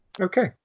Okay